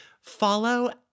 Follow